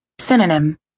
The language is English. Synonym